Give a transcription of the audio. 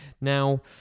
Now